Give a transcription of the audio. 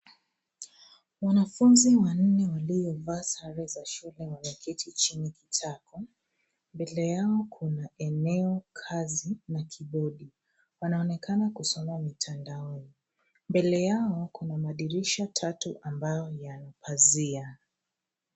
Wanafunzi wanne waliovaa sare za shule wameketi chini kitako. Mbele yao kuna eneo kazi na kibodi. Wanaonekana kusoma mitandaoni. Mbele yao kuna madirisha tatu ambayo yana pazia.